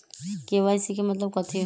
KYC के मतलब कथी होई?